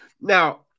Now